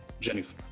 Jennifer